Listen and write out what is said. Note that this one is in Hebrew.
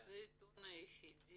זה העיתון היחידי